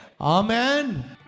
Amen